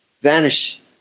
vanish